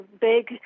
big